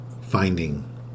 finding